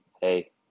hey